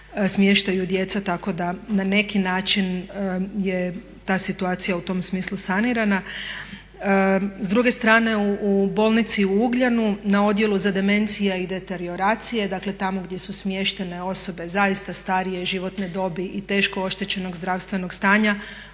smještaju djeca, tako da na neki način je ta situacija u tom smislu sanirana. S druge strane u bolnici u Ugljanu na Odjelu za demencije i deterioracije, dakle tamo gdje su smještene osobe zaista starije životne dobi i teško oštećenog zdravstvenog stanja